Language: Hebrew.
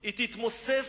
היא תתמוסס.